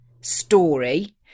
story